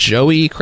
Joey